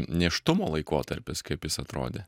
nėštumo laikotarpis kaip jis atrodė